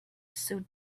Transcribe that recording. suit